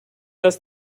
das